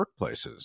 workplaces